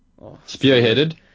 spearheaded